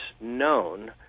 known